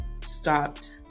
stopped